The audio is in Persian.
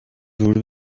ورود